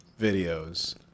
videos